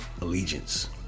Allegiance